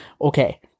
Okay